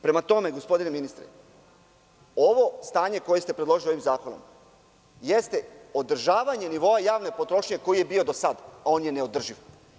Prema tome, gospodine ministre, ovo stanje koje ste predložili ovim zakonom jeste održavanje nivoa javne potrošnje koji je bio do sad, a on je neodrživ.